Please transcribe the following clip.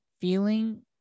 feeling